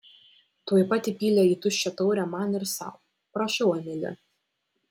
tuoj pat įpylė į tuščią taurę man ir sau prašau emili